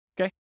Okay